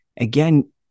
Again